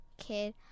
kid